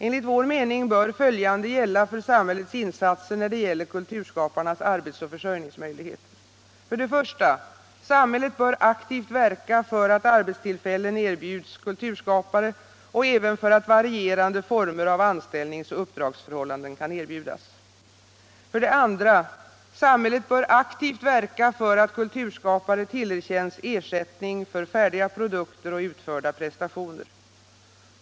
Enligt vår mening bör följande gälla för samhällets insatser då det gäller kulturskaparnas arbets och försörjningsmöjligheter: I. Samhället bör aktivt verka för att arbetstillfällen erbjuds kulturskapare och även för att varierande former av anställnings och uppdragsförhållanden kan erbjudas. 2. Samhället bör aktivt verka för att kulturskapare tillerkänns ersättning för färdiga produkter och utförda prestationer.